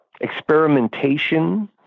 experimentation